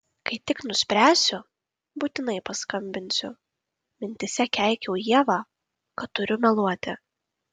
kai tik nuspręsiu būtinai paskambinsiu mintyse keikiau ievą kad turiu meluoti